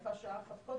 ויפה שעה אחת קודם,